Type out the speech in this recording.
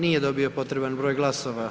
Nije dobio potreban broj glasova.